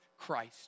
Christ